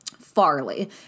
Farley